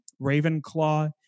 Ravenclaw